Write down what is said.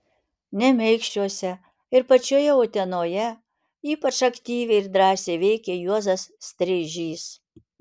nemeikščiuose ir pačioje utenoje ypač aktyviai ir drąsiai veikė juozas streižys